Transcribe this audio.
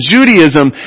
Judaism